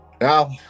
Now